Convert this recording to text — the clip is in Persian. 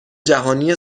جهانی